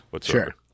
Sure